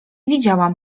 widziałam